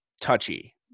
touchy